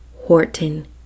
Horton